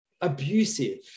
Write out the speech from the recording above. abusive